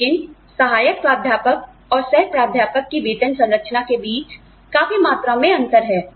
लेकिन सहायक प्राध्यापक और सह प्राध्यापक की वेतन संरचना के बीच काफी मात्रा में अंतर है